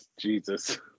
Jesus